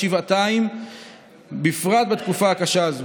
חבר הכנסת עוזי דיין,